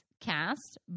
cast